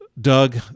Doug